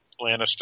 Lannister